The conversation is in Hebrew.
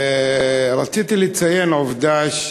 רציתי לציין עובדה,